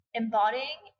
embodying